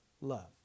love